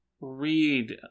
Read